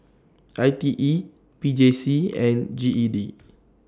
I T E P J C and G E D